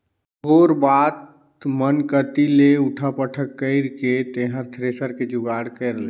थोर बात मन कति ले उठा पटक कइर के तेंहर थेरेसर के जुगाड़ कइर ले